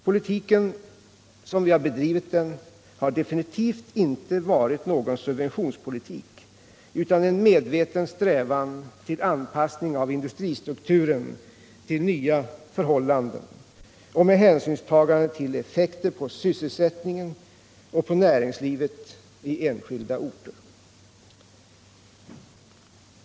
Politiken, som vi bedrivit den, har definitivt inte varit någon subventionspolitik utan en medveten strävan till anpassning av industristrukturen till nya förhållanden, med hänsynstagande till effekter på sysselsättningen och på näringslivet i enskilda orter.